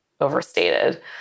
overstated